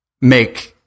make